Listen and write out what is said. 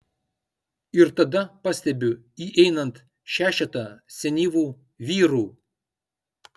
ir tada pastebiu įeinant šešetą senyvų vyrų